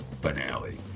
finale